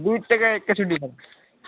दुईवटाकै एकैचोटि